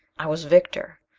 i was victor.